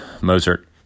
Mozart